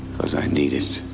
cause i need it.